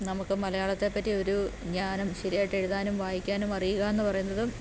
നമുക്ക് മലയാളത്തെ പറ്റി ഒരു ജ്ഞാനം ശരിയായിട്ട് എഴുതാനും വായിക്കാനും അറിയുക എന്ന് പറയുന്നത്